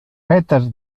peter